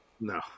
No